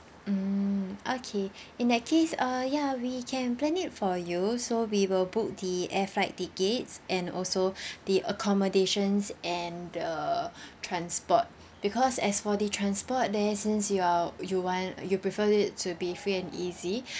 mm okay in that case uh ya we can plan it for you so we will book the air flight tickets and also the accommodations and the transport because as for the transport there since you are you want you'll prefer it to be free and easy